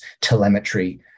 telemetry